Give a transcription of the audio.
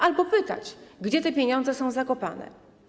Albo pytali, gdzie te pieniądze są zakopane.